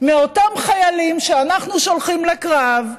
מאותם חיילים שאנחנו שולחים לקרב,